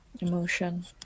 Emotion